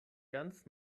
ganz